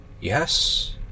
Yes